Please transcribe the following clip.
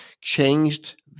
changed